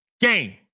game